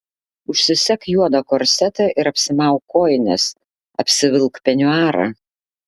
užsisek juodą korsetą ir apsimauk kojines apsivilk peniuarą